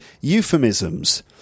euphemisms